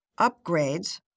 upgrades